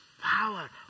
power